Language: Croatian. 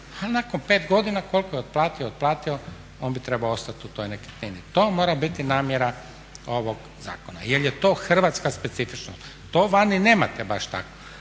nakon 5 godina koliko je otplatio, otplatio on bi trebao ostati u toj nekretnini. To mora biti namjera ovog zakona, jer je to hrvatska specifičnost. To vani nemate baš tako,